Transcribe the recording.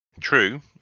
True